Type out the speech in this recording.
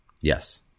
Yes